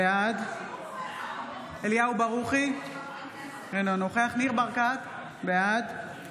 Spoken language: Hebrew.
בעד אליהו ברוכי, אינו נוכח ניר ברקת, בעד